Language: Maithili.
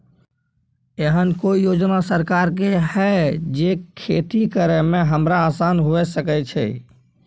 एहन कौय योजना सरकार के है जै खेती करे में हमरा आसान हुए सके छै?